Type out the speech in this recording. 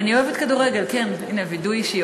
אני אוהבת כדורגל, כן, הנה, וידוי אישי.